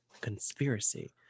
Conspiracy